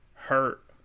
hurt